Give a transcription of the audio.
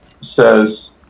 says